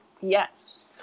Yes